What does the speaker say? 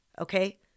Okay